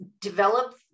develop